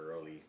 early